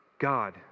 God